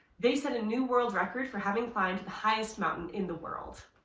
they set a new world record, for having climbed to the highest mountain, in the world.